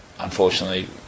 Unfortunately